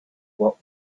what